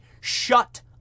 Shut